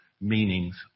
meanings